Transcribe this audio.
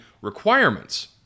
requirements